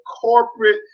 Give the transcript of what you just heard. corporate